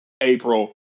April